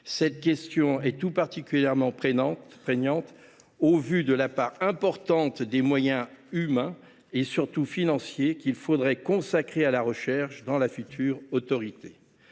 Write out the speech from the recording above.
Cette question est tout particulièrement prégnante au vu de la part importante des moyens humains, mais surtout financiers, qu’il faudrait consacrer à la recherche au sein de la future autorité,